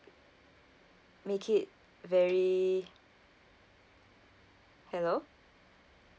make it very hello